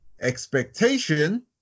Expectation